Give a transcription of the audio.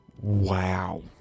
wow